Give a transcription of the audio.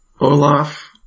Olaf